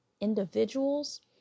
individuals